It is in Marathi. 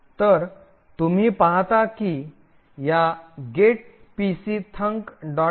तर तुम्ही पाहता की या getpcthunk